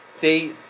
See